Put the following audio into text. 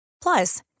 Plus